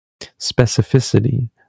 specificity